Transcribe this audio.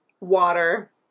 water